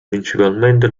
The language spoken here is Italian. principalmente